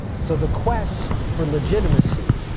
so the quest for legitimacy.